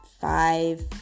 five